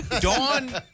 dawn